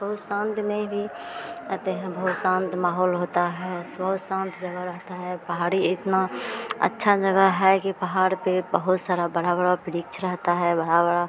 बहुत शान्त में भी आते हैं बहुत शान्त माहौल होता है बहुत शान्त जगह रहती है पहाड़ी इतनी अच्छी जगह है कि पहाड़ पर बहुत सारा बड़ा बड़ा वृक्ष रहता है बड़ा बड़ा